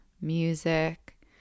music